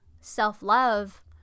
self-love